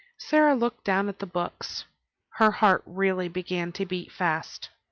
sara looked down at the books her heart really began to beat fast.